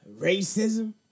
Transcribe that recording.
Racism